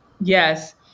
Yes